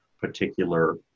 particular